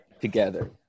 Together